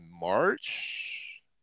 March